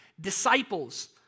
disciples